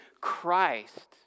christ